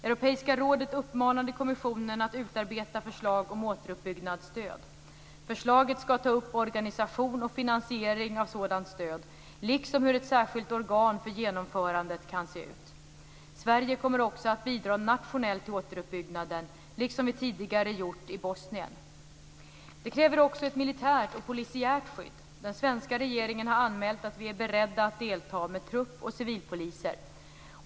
Europeiska rådet uppmanade kommissionen att utarbeta förslag om återuppbyggnadsstöd. Förslaget skall ta upp organisation och finansiering av sådant stöd, liksom hur ett särskilt organ för genomförandet kan se ut. Sverige kommer också att bidra nationellt till återuppbyggnaden, liksom vi tidigare gjort i Bosnien. Det kräver också ett militärt och polisiärt skydd. Den svenska regeringen har anmält att vi är beredda att delta med trupp och civilpoliser.